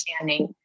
understanding